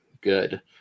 good